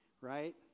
right